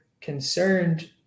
concerned